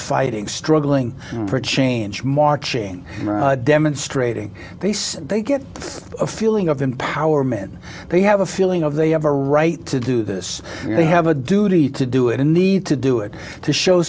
fighting struggling for change marching demonstrating this they get a feeling of empowerment they have a feeling of they have a right to do this they have a duty to do it and need to do it to show